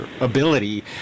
ability